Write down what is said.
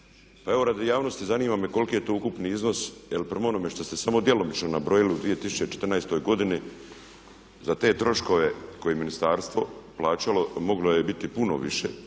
Pa evo javnosti zanima me koliki je to ukupni iznos, jer prema onome što ste samo djelomično nabrojili u 2014. godini, za te troškove koje je ministarstvo plaćalo moglo je biti puno više,